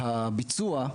שהביצוע,